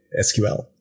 SQL